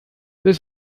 this